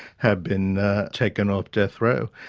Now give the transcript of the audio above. have been taken off death row,